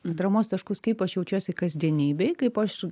atramos taškus kaip aš jaučiuosi kasdienybėj kaip aš